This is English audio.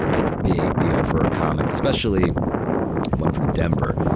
it's a big deal for a comic, especially one from denver,